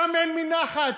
שמן מנחת,